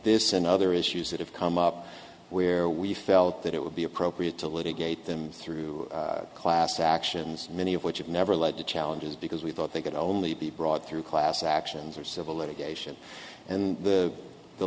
this and other issues that have come up where we felt that it would be appropriate to litigate them through class actions many of which have never led to challenges because we thought they could only be brought through class actions or civil litigation and the